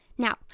Now